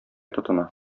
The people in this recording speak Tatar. тотына